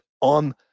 on